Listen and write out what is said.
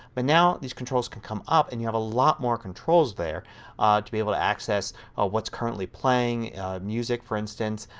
but now these controls can come up and you have a lot more controls there to be able to access what is currently playing in music for instance,